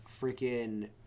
freaking